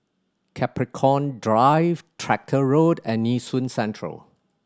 Capricorn Drive Tractor Road and Nee Soon Central